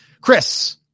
Chris